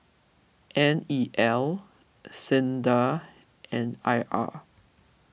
N E L Sinda and I R